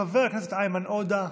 חבר הכנסת איימן עודה,